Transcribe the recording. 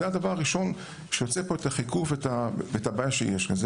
זה הדבר הראשון שיוצר את החיכוך ואת הבעיה שיש כאן.